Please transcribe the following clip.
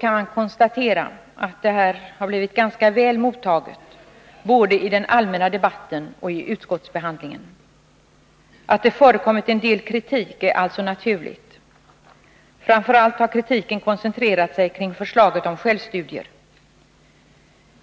kan man konstatera att detta förslag har blivit ganska väl mottaget, både i den allmänna debatten och vid utskottsbehandlingen. Att det har förekommit en del kritik är alltså naturligt. Framför allt har kritiken koncentrerats kring förslaget om självstudier.